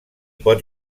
pot